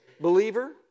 believer